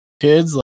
kids